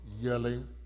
yelling